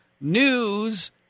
news